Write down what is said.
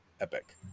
epic